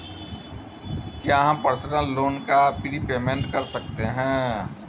क्या हम personal loan का प्रीपेमेंट कर सकते हैं?